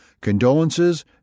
Condolences